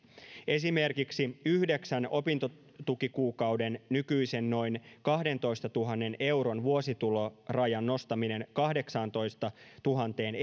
esimerkiksi yhdeksän opintotukikuukauden nykyisen noin kahdentoistatuhannen euron vuositulorajan nostaminen kahdeksaantoistatuhanteen